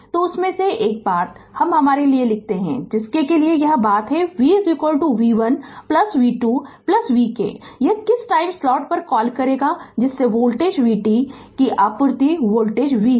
तो उसमें से एक बात हम हमारे लिए लिखते है इसके लिए एक बात यह है कि v v1 v2 vk यह किस टाइम स्लाइड पे कॉल करेगा जिससे वोल्टेज vt यह आपूर्ति वोल्टेज v है